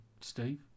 Steve